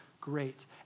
great